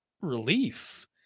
relief